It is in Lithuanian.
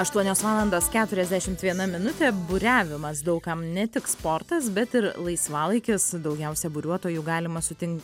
aštuonios valandos keturiasdešimt viena minutė buriavimas daug kam ne tik sportas bet ir laisvalaikis daugiausia buriuotojų galima sutin